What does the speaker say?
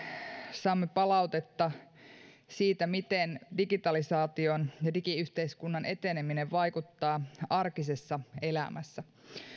saamme palautetta siitä miten digitalisaation ja digiyhteiskunnan eteneminen vaikuttaa arkisessa elämässä